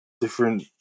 different